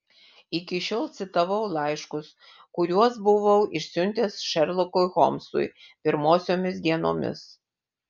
iki šiol citavau laiškus kuriuos buvau išsiuntęs šerlokui holmsui pirmosiomis dienomis